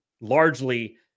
largely